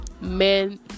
Men